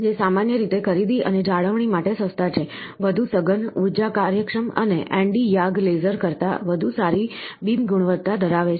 જે સામાન્ય રીતે ખરીદી અને જાળવણી માટે સસ્તા છે વધુ સઘન ઊર્જા કાર્યક્ષમ અને Nd YAG લેસરો કરતાં વધુ સારી બીમ ગુણવત્તા ધરાવે છે